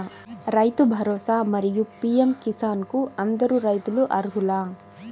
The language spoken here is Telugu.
రైతు భరోసా, మరియు పీ.ఎం కిసాన్ కు అందరు రైతులు అర్హులా?